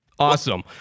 Awesome